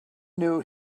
knew